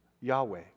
Yahweh